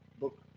book